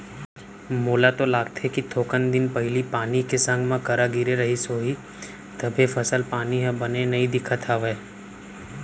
मोला तो लागथे कि थोकन दिन पहिली पानी के संग मा करा गिरे रहिस होही तभे फसल पानी ह बने नइ दिखत हवय